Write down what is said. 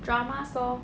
dramas lor